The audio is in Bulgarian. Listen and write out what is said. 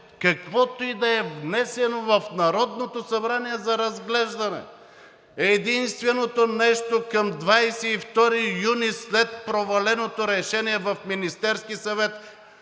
каквото и да е внесено в Народното събрание за разглеждане. Единственото нещо към 22 юни след проваленото решение в Министерския съвет